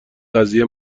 قضیه